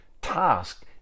task